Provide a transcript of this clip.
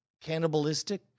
cannibalistic